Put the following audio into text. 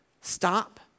stop